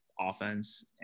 offense